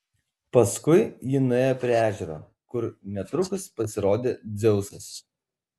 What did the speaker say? paskui ji nuėjo prie ežero kur netrukus pasirodė dzeusas